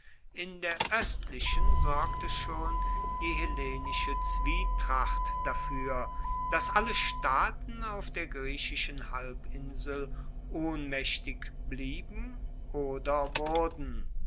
in der oestlichen sorgte schon die hellenische zwietracht dafuer dass alle staaten auf der griechischen halbinsel ohnmaechtig blieben oder wurden